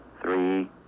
three